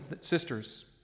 sisters